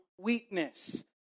weakness